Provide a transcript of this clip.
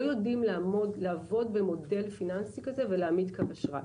לא יודעים לעבוד במודל פיננסי כזה ולהעמיד קו אשראי.